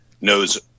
knows